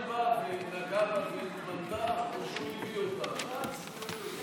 הוא מוריד אותי.